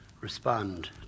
respond